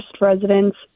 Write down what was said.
residents